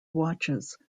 watches